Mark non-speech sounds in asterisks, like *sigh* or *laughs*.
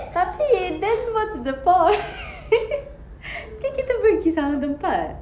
tapi then what's the point *laughs* kan kita pergi sama tempat